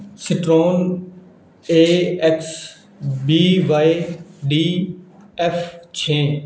ਸਿੰਟਰੋਨ A X V by D F ਛੇ